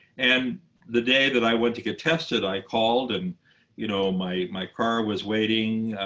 and the day that i went to get tested, i called, and you know my my car was waiting.